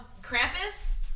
Krampus